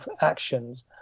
actions